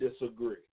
disagree